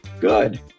good